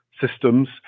systems